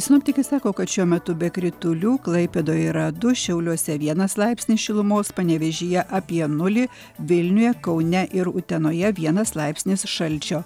sinoptikai sako kad šiuo metu be kritulių klaipėdoje yra du šiauliuose vienas laipsnis šilumos panevėžyje apie nulį vilniuje kaune ir utenoje vienas laipsnis šalčio